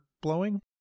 blowing